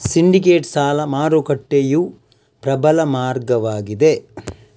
syndicated ಸಾಲ ಮಾರುಕಟ್ಟೆಯು ಪ್ರಬಲ ಮಾರ್ಗವಾಗಿದೆ